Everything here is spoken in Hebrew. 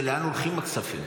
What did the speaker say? זה לאן הולכים הכספים.